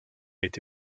été